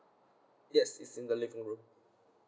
yes it's in the living room